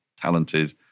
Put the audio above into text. talented